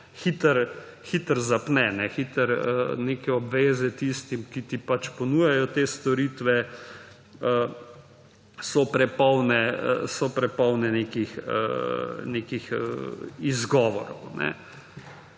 hitro zapne. Hitro neke obveze tistim, ki ti pač ponujajo te storitve, so prepolne nekih izgovorov.